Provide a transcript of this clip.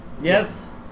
Yes